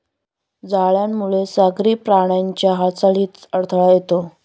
जाळ्यामुळे सागरी प्राण्यांच्या हालचालीत अडथळा येतो